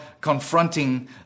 confronting